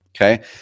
okay